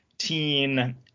teen